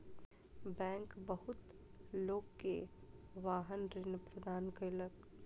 bank बहुत लोक के वाहन ऋण प्रदान केलक